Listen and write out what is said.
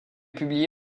publié